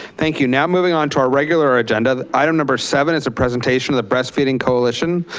thank you, now moving on to our regular agenda. item number seven, it's a presentation of the breastfeeding coalition.